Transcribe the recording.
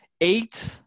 eight